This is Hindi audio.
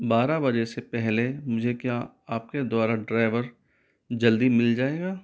बारह बजे से पहले मुझे क्या आपके द्वारा ड्राइवर जल्दी मिल जाएगा